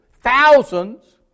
thousands